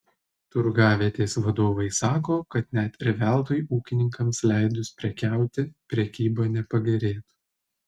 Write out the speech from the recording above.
turgavietės vadovai sako kad net ir veltui ūkininkams leidus prekiauti prekyba nepagerėtų